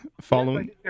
following